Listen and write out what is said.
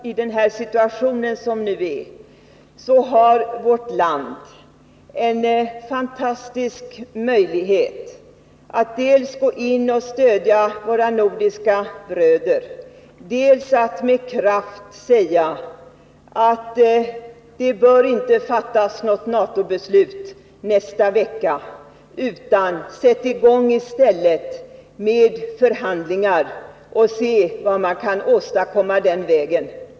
I den nuvarande situationen har vårt land en fantastisk möjlighet att dels gå in och stödja våra nordiska bröder, dels att med kraft säga att det inte bör fattas något NATO-beslut nästa vecka. Sätt i stället i gång med förhandlingar och se vad som kan åstadkommas den vägen.